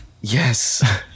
Yes